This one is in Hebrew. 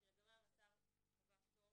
שלגביו השר קבע פטור